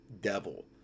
devil